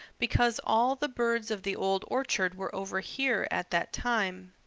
because all the birds of the old orchard were over here at that time.